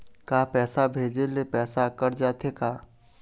का पैसा भेजे ले पैसा कट जाथे का?